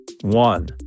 One